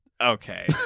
Okay